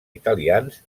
italians